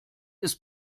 ist